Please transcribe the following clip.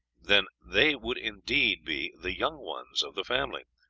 then they would indeed be the young ones of the family,